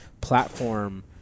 platform